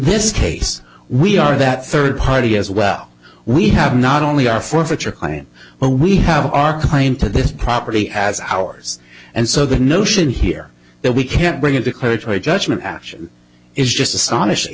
this case we are that third party as well we have not only our forfeiture client we have our claim to this property as ours and so the notion here that we can't bring a declaratory judgment action is just astonishing